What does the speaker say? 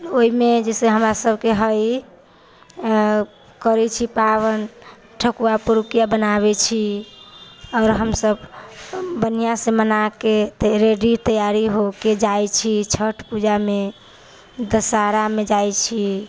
ओहिमे जैसे हमरासभके हइ करैत छी पाबनि ठकुआ पुरुकिया बनाबैत छी आओर हमसब बढ़िआँसँ मनाके रेडी तैआरी होके जाइत छी छठि पूजामे दशहरामे जाइ छी